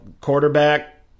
quarterback